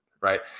right